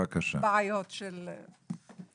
בבקשה, גם שתי דקות.